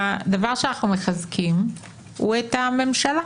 הדבר שאנחנו מחזקים הוא הממשלה.